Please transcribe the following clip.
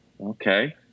okay